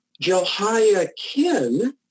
Jehoiakim